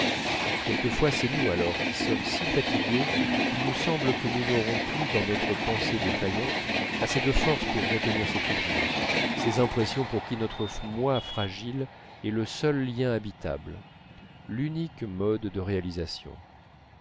quelquefois c'est nous alors qui sommes si fatigués qu'il nous semble que nous n'aurons plus dans notre pensée défaillante assez de force pour retenir ces souvenirs ces impressions pour qui notre moi fragile est le seul lieu habitable l'unique mode de réalisation